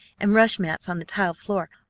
and rush mats on the tiled floor!